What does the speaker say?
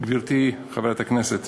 גברתי חברת הכנסת